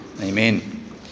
Amen